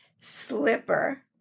slipper